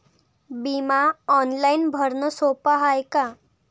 बिमा ऑनलाईन भरनं सोप हाय का?